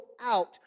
out